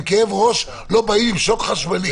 לכאב ראש לא באים עם שוק חשמלי.